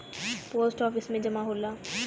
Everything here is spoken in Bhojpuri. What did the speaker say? पोस्ट आफिस में जमा होला